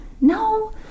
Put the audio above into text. no